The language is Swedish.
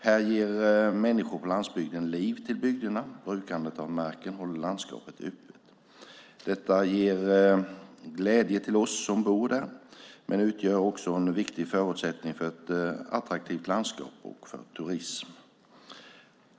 Här ger människor på landsbygden liv till bygderna, brukandet av marken håller landskapet öppet. Detta ger glädje till oss som bor där men utgör också en viktig förutsättning för ett attraktivt landskap och för turism.